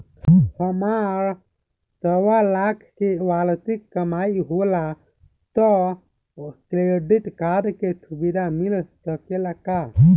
हमार सवालाख के वार्षिक कमाई होला त क्रेडिट कार्ड के सुविधा मिल सकेला का?